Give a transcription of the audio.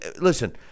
listen